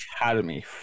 Academy